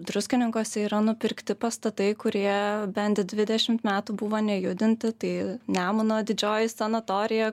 druskininkuose yra nupirkti pastatai kurie bent dvidešimt metų buvo nejudinti tai nemuno didžioji sanatorija